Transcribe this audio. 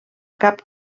cap